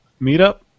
meetup